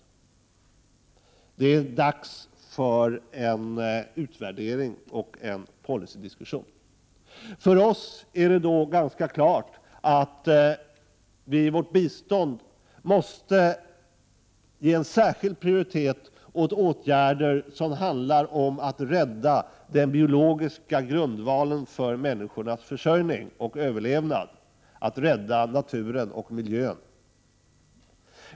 Det är dags för en utvärdering och en policydiskussion. För oss är det då klart att Sverige i sitt bistånd måste ge en särskild prioritet åt åtgärder som innebär att man skall rädda den biologiska grundvalen för människornas försörjning och överlevnad och att rädda naturen och miljön.